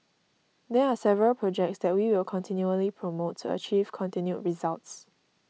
there are several projects that we will continually promote to achieve continued results